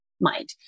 mind